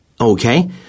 Okay